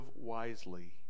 wisely